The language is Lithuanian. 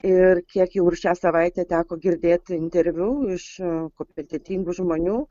ir kiek jau ir šią savaitę teko girdėti interviu iš kompetentingų žmonių